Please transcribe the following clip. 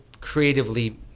creatively